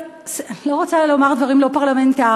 לא רוצה לומר דברים לא פרלמנטריים,